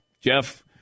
jeff